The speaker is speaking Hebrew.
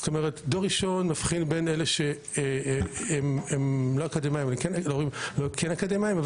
דור ראשון מבחין בין הורים שהם לא אקדמאיים להורים שהם כן אקדמאיים,